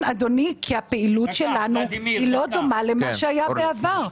הפעילות שלנו לא דומה למה שהיתה בעבר,